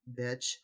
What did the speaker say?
bitch